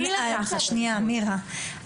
שנייה מירה,